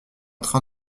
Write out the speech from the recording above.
train